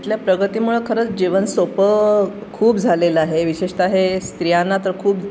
इथल्या प्रगतीमुळं खरंच जीवन सोपं खूप झालेलं आहे विशेषतः हे स्त्रियांना तर खूप